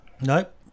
Nope